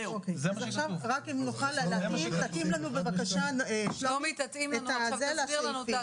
שלומי, תתאים לנו את זה בבקשה לסעיפים.